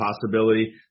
possibility